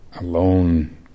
alone